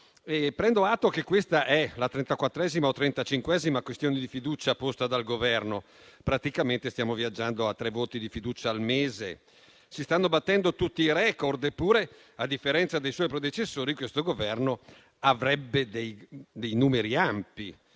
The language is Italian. trentaquattresima o trentacinquesima questione di fiducia posta dal Governo; praticamente stiamo viaggiando a tre voti di fiducia al mese. Si stanno battendo tutti i *record*. Eppure, a differenza dei suoi predecessori, questo Governo avrebbe dei numeri ampi,